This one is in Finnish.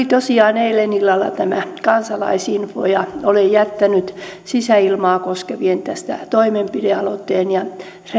tosiaan eilen illalla oli tämä kansalaisinfo ja olen jättänyt sisäilmaa koskevan toimenpidealoitteen ja